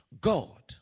God